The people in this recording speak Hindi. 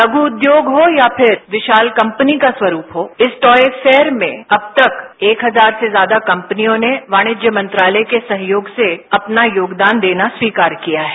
लघु उद्योग हो या फिर विशाल कम्पनी का स्वरूप हो इस टॉय फेयर में अब तक एक हजार से ज्यादा कम्पनियों ने वाणिज्य मंत्रालय के सहयोग से अपना योगदान देना स्वीकार किया है